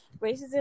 Racism